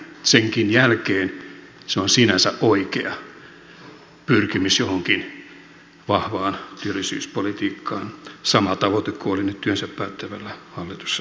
senkin jälkeen se on sinänsä oikea pyrkimys johonkin vahvaan työllisyyspolitiikkaan sama tavoite kuin oli nyt työnsä päättävällä hallituksella